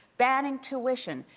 banning tuition,